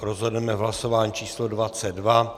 Rozhodneme v hlasování číslo 22.